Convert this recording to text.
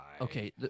Okay